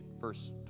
verse